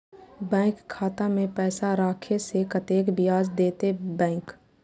Bank खाता में पैसा राखे से कतेक ब्याज देते बैंक?